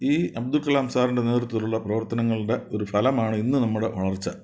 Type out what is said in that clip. ഈ അബ്ദുൽ കലാം സാറിൻ്റെ നേതൃത്വത്തിലുള്ള പ്രവർത്തനങ്ങളുടെ ഒരു ഫലമാണ് ഇന്ന് നമ്മുടെ വളർച്ച